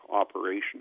operation